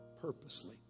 purposely